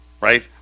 right